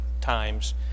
times